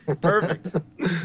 Perfect